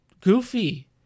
goofy